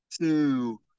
two